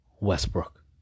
Westbrook